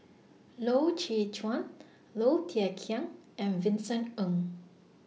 Loy Chye Chuan Low Thia Khiang and Vincent Ng